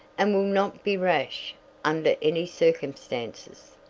and will not be rash under any circumstances.